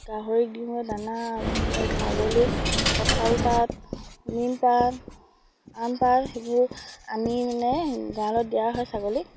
গাহৰিক দিওঁ দানা ইফালে ছাগলীক কঁঠাল পাত নিমপাত আম পাত সেইবোৰ আনি মানে গাঁৰালত দিয়া হয় ছাগলীক